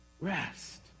Rest